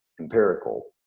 empirical,